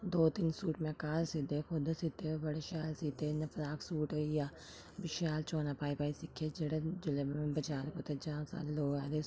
दो तिन्न सूट में घर सीते खुद सीते बड़े शैल सीते इ'यां फ्राक सूट होई गेआ ओह् बी शैल चोनां पाई पाई सीते जेह्ड़े जेल्लै में बजार कुतै जां सारे लोक आखदे सूट